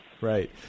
right